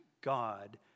God